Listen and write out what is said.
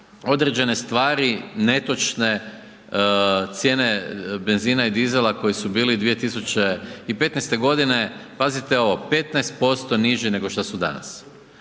određene stvari netočne. Cijene benzina i dizela koje su bili 2015. g., pazite ovo, 15% niži nego što su danas.